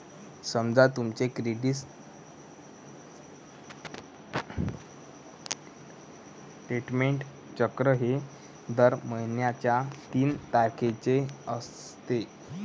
समजा तुमचे क्रेडिट स्टेटमेंटचे चक्र हे दर महिन्याच्या तीन तारखेचे असते